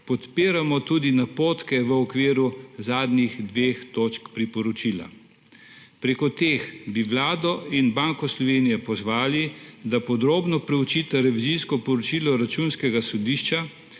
podpiramo tudi napotke v okviru zadnjih dveh točk priporočila. Preko teh bi Vlado in Banko Slovenije pozvali, da podrobno preučita revizijsko poročilo Računskega sodišča